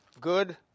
good